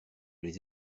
les